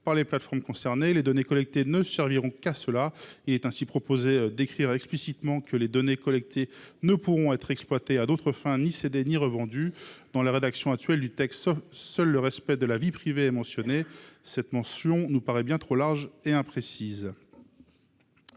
par les plateformes concernées, les données collectées ne serviront qu’à cette fin. Aussi, nous proposons d’écrire explicitement que les données collectées ne pourront être exploitées à d’autres fins ni être cédées ou revendues. Dans la rédaction actuelle du texte, seul le respect de la vie privée est mentionné. Cette référence nous paraît bien trop large et imprécise.